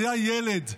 היה ילד,